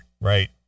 Right